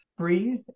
breathe